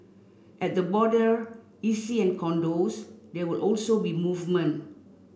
at the border EC and condos there will also be movement